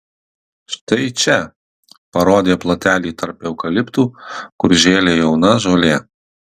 štai čia parodė plotelį tarp eukaliptų kur žėlė jauna žolė